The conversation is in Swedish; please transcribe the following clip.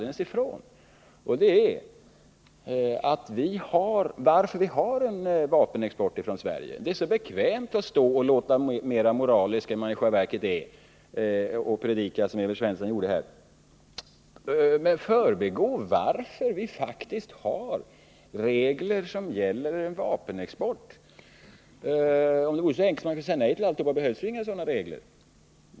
Det gäller anledningen till att vi i Sverige har en vapenexport. Det är så bekvämt att stå och predika, som Evert Svensson gör här, och låta mera moralisk än man i själva verket är. Men han förbigår varför vi faktiskt har regler som gäller en vapenexport. Om det vore så enkelt att man fick säga nej till alltihop, behövdes inga sådana regler.